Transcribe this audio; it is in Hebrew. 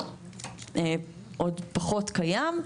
שעוד פחות קיים.